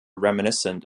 reminiscent